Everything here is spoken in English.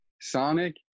sonic